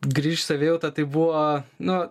grįžt savijauta tai buvo nu